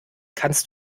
kannst